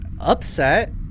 upset